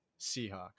Seahawks